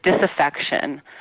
disaffection